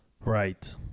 Right